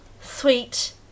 sweet